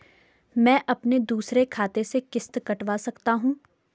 मैं अपने दूसरे खाते से किश्त कटवा सकता हूँ?